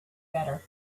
better